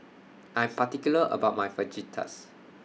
I'm particular about My Fajitas